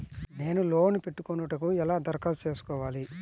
నేను లోన్ పెట్టుకొనుటకు ఎలా దరఖాస్తు చేసుకోవాలి?